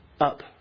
up